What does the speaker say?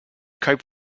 cope